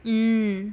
mm